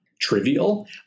trivial